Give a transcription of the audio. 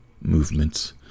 movements